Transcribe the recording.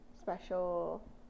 special